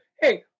hey